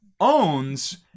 owns